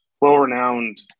well-renowned